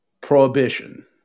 prohibition